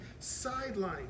sidelined